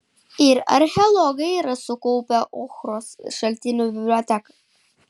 ir archeologai yra sukaupę ochros šaltinių biblioteką